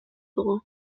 dugu